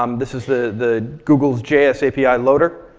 um this is the google's js api loader.